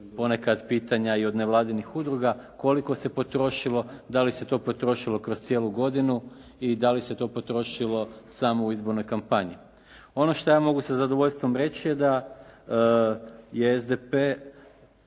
ponekad pitanja i od nevladinih udruga koliko se potrošilo, da li se to potrošilo kroz cijelu godinu i da li se to potrošilo samo u izbornoj kampanji. Ono što ja mogu sa zadovoljstvom reći je da je SDP